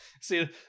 See